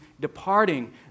departing